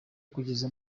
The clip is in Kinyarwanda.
kugeza